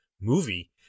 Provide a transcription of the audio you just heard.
movie